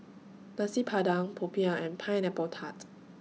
Nasi Padang Popiah and Pineapple Tart